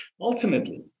Ultimately